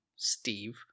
steve